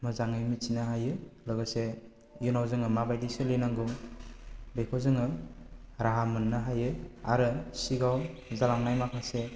मोजाङै मिथिनो हायो लोगोसे इउनाव जों माबायदि सोलिनांगौ बेखौ जोङो राहा मोन्नो हायो आरो सिगाङाव जालांनाय माखासे